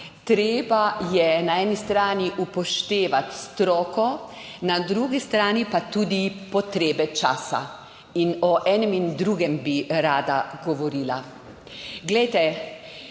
treba je na eni strani upoštevati stroko, na drugi strani pa tudi potrebe časa. In o enem in drugem bi rada govorila. Družba